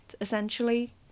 essentially